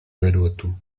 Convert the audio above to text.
garoto